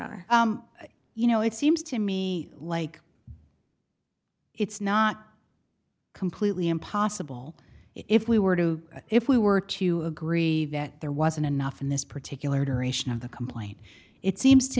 you know it seems to me like it's not completely impossible if we were to if we were to agree that there wasn't enough in this particular duration of the complaint it seems to